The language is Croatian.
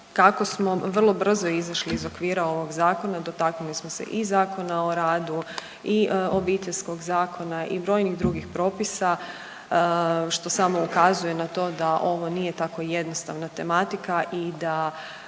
Kako smo vrlo brzo izišli iz okvira ovog Zakona, dotaknuli smo se i Zakona o radu i Obiteljskog zakona i brojnih drugih propisa, što samo ukazuje na to da ovo nije tako jednostavna tematika i da